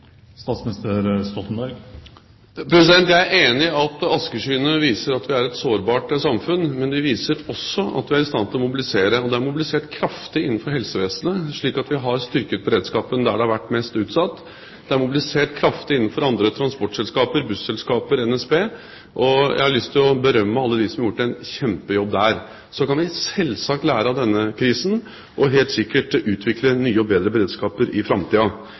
Jeg er enig i at askeskyene viser at vi er et sårbart samfunn, men de viser også at vi er i stand til å mobilisere, og det er mobilisert kraftig innenfor helsevesenet, slik at vi har styrket beredskapen der det har vært mest utsatt. Det er mobilisert kraftig innenfor andre transportselskaper – busselskaper, NSB – og jeg har lyst til å berømme alle dem som har gjort en kjempejobb der. Så kan vi selvsagt lære av denne krisen og helt sikkert utvikle ny og bedre beredskap i